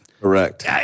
Correct